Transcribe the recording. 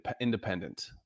independent